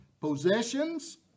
possessions